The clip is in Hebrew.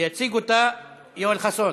יציג אותה יואל חסון.